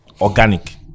Organic